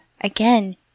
Again